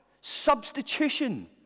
Substitution